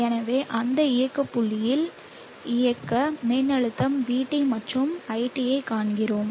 எனவே அந்த இயக்க புள்ளியில் இயக்க மின்னழுத்தம் vT மற்றும் iT ஐக் காண்கிறோம்